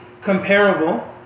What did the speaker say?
comparable